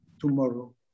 tomorrow